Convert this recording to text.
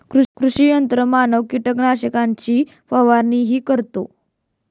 कृषी यंत्रमानव कीटकनाशकांची फवारणीही करतो